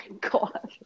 god